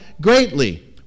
greatly